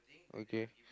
okay